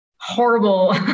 horrible